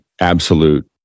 absolute